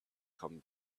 come